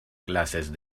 clases